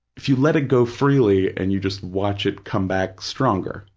if you let it go freely and you just watch it come back stronger,